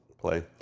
play